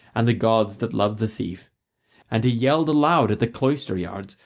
and the gods that love the thief and he yelled aloud at the cloister-yards,